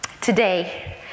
Today